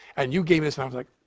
and you gave this i was like,